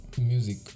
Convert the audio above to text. music